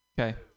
Okay